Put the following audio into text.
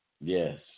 yes